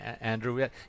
Andrew